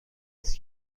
هست